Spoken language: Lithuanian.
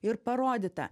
ir parodyta